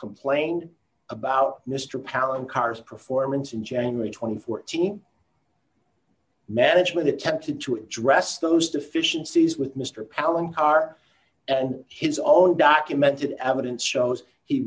complained about mr palin car's performance in january twenty four team management attempted to address those deficiencies with mr palin car and his own documented evidence shows he